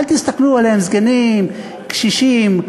אל תסתכלו עליהם, זקנים, קשישים.